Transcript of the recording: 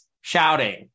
shouting